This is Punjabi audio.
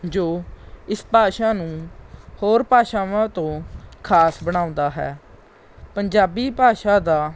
ਜੋ ਇਸ ਭਾਸ਼ਾ ਨੂੰ ਹੋਰ ਭਾਸ਼ਾਵਾਂ ਤੋਂ ਖ਼ਾਸ ਬਣਾਉਂਦਾ ਹੈ ਪੰਜਾਬੀ ਭਾਸ਼ਾ ਦਾ